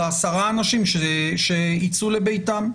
לעשרה האנשים שיצאו לביתם.